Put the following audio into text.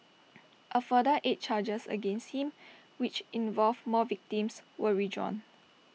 A further eight charges against him which involved more victims were withdrawn